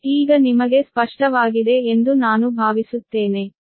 ಈಗ ನಿಮಗೆ ಸ್ಪಷ್ಟವಾಗಿದೆ ಎಂದು ನಾನು ಭಾವಿಸುತ್ತೇನೆ